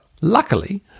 luckily